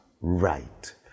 right